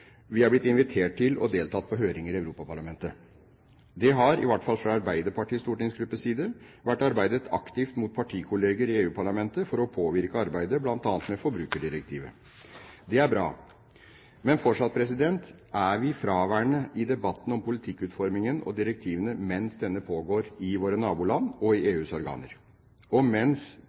Vi er blitt invitert til og har deltatt på høringer i Europaparlamentet. Det har, i hvert fall fra Arbeiderpartiets stortingsgruppes side, vært arbeidet aktivt mot partikolleger i EU-parlamentet for å påvirke arbeidet med bl.a. forbrukerdirektivet. Det er bra. Men fortsatt er vi fraværende i debatten om politikkutformingen og direktivene mens denne pågår i våre naboland og i EUs organer, og mens